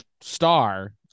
star